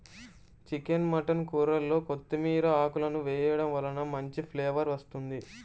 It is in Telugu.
చికెన్ మటన్ కూరల్లో కొత్తిమీర ఆకులను వేయడం వలన మంచి ఫ్లేవర్ వస్తుంది